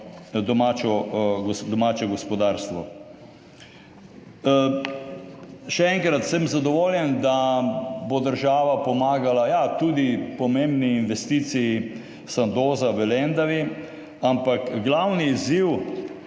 domače gospodarstvo. Še enkrat. Sem zadovoljen, da bo država pomagala, ja, tudi pomembni investiciji Sandoza v Lendavi, ampak glavni izziv